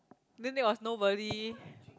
then there was nobody